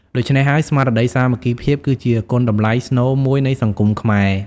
ដូច្នេះហើយ ស្មារតីសាមគ្គីភាព គឺជាគុណតម្លៃស្នូលមួយនៃសង្គមខ្មែរ។